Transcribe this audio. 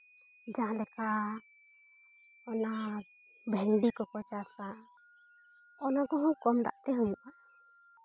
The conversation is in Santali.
ᱡᱟᱦᱟᱸ ᱞᱮᱠᱟ ᱚᱱᱟ ᱵᱷᱮᱱᱰᱤ ᱠᱚᱠᱚ ᱪᱟᱥᱼᱟ ᱚᱱᱟ ᱠᱚᱦᱚᱸ ᱠᱚᱢ ᱫᱟᱜ ᱛᱮ ᱦᱩᱭᱩᱜᱼᱟ